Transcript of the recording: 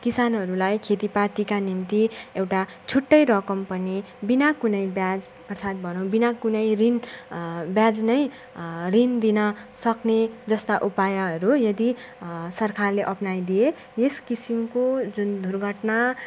किसानहरूलाई खेतीपातीका निम्ति एउटा छुट्टै रकम पनि बिना कुनै ब्याज अर्थात् भनौँ बिना कुनै ऋण ब्याज नै ऋण दिनसक्ने जस्ता उपायहरू यदि सरकारले अप्नाइदिए यस किसिमको जुन दुर्घटना